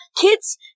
Kids